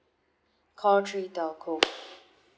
call three telco